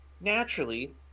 Naturally